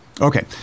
Okay